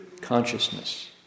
consciousness